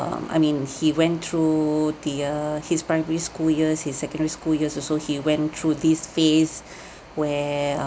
um I mean he went through the uh his primary school years his secondary school years also he went through this phase where